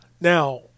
Now